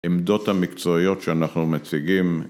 עמדות המקצועיות שאנחנו מציגים